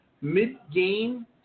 mid-game